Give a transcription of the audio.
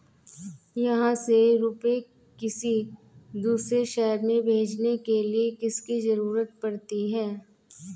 यहाँ से रुपये किसी दूसरे शहर में भेजने के लिए किसकी जरूरत पड़ती है?